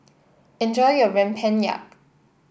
enjoy your Rempeyek